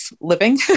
living